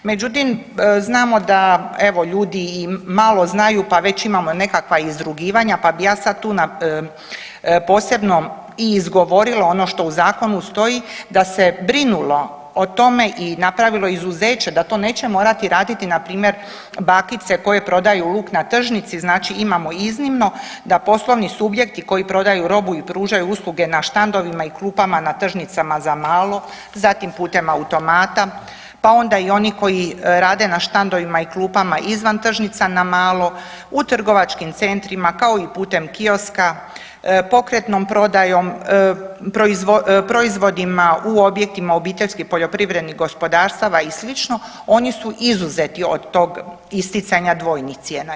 Međutim, znamo da evo, ljudi malo znaju pa već imamo nekakva izrugivanja pa bi ja sad tu posebno i izgovorila ono što u Zakonu stoji da se brinulo o tome i napravilo izuzeće da to neće morati raditi npr. bakice koje prodaju luk na tržnici, znači imamo iznimno da poslovni subjekti koji prodaju robu i pružaju usluge na štandovima i klupama na tržnicama za malo, zatim putem automata pa onda i oni koji rade na štandovima i klupama izvan tržnica na malo, u trgovačkim centrima, kao i putem kioska, pokretnom prodajom, proizvodima u objektima obiteljskih poljoprivrednih gospodarstava i sl., oni su izuzeti od tog isticanja dvojnih cijena.